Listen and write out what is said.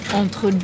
entre